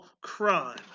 crime